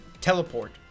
teleport